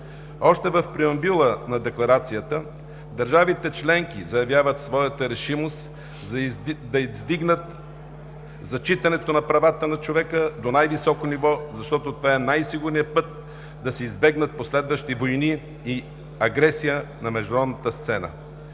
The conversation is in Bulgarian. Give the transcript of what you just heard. Още в преамбюла на декларацията държавите членки заявяват своята решимост да издигнат зачитането на правата на човека до най-високо ниво, защото това е най-сигурният път да се избегнат последващи войни и агресия на международната сцена.